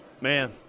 man